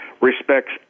respects